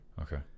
Okay